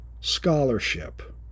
scholarship